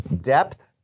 Depth